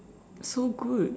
so good